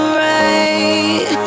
right